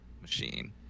machine